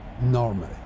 normally